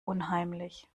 unheimlich